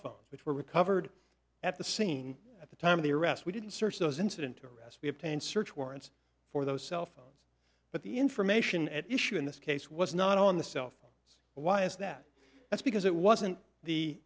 phones which were recovered at the scene at the time of the arrest we didn't search those incident to arrest we obtained search warrants for those cell phones but the information at issue in this case was not on the self so why is that that's because it wasn't the